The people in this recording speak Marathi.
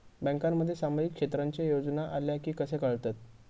बँकांमध्ये सामाजिक क्षेत्रांच्या योजना आल्या की कसे कळतत?